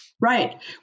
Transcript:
Right